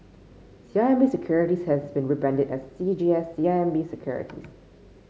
C I M B Securities has been rebranded as C G S C I M B Securities